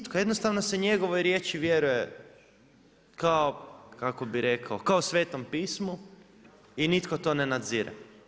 Nitko, jednostavno se njegove riječi vjeruje kao kako bi rekao, kao Svetom pismu i nitko to ne nadzire.